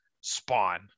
Spawn